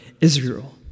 Israel